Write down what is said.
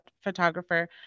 photographer